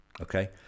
Okay